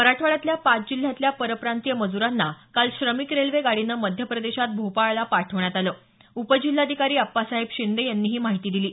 मराठवाड्यातल्या पाच जिल्ह्यातल्या परप्रांती मजुरांना काल श्रमिक रेल्वे गाडीनं मध्यप्रदेशात भोपाळला पाठवण्यात आलं असं उपजिल्हाधिकारी अप्पासाहेब शिंदे यांनी सांगितलं